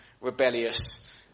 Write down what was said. rebellious